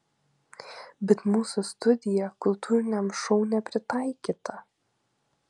bet mūsų studija kultūriniam šou nepritaikyta